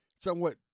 somewhat